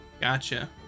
Gotcha